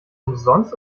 umsonst